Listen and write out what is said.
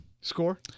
Score